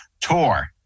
Tour